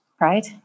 right